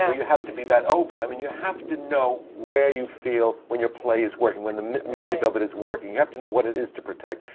ah you have to be that open. i mean, you have to know where you feel when your play is working, when the music of it is working. right. you have to know what it is to protect.